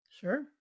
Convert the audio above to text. Sure